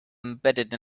embedded